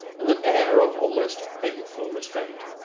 and an air of almost painful restraint.